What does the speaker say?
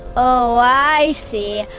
oh, i see.